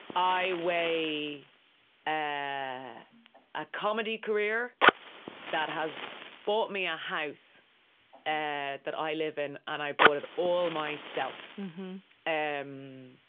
i weigh and yeah a comedy career that has bought me a house and that i live in. and i bought it all myself and um